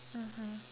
mmhmm